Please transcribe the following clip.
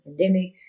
pandemic